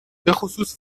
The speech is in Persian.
بخصوص